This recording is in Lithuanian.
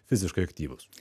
fiziškai aktyvūs